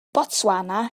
botswana